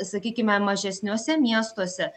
sakykime mažesniuose miestuose